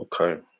Okay